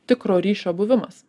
tikro ryšio buvimas